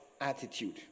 attitude